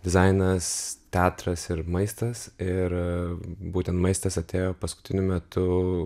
dizainas teatras ir maistas ir būtent maistas atėjo paskutiniu metu